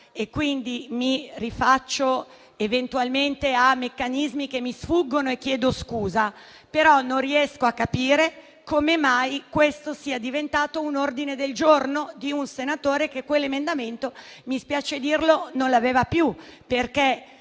e, quindi, mi rifaccio eventualmente a meccanismi che mi sfuggono e chiedo scusa. Non riesco però a capire come mai questo sia diventato un ordine del giorno di un senatore che quell'emendamento - mi spiace dirlo - non l'aveva più, perché